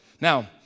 Now